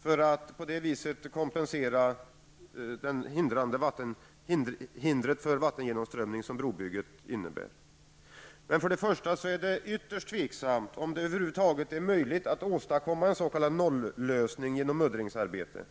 För det första är det ytterst tveksamt om det över huvud taget är möjligt att åstadkomma en s.k. nollösning genom sådana åtgärder